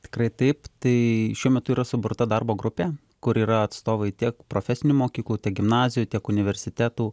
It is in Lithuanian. tikrai taip tai šiuo metu yra suburta darbo grupė kur yra atstovai tiek profesinių mokyklų gimnazijų tiek universitetų